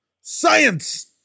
Science